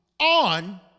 on